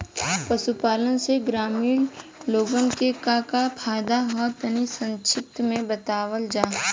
पशुपालन से ग्रामीण लोगन के का का फायदा ह तनि संक्षिप्त में बतावल जा?